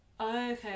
Okay